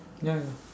ya ya